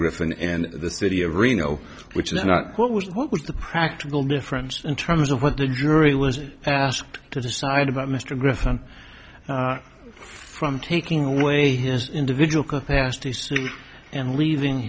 griffin and the city of reno which is not what was what was the practical difference in terms of what the jury was asked to decide about mr grafton from taking away his individual capacity and leaving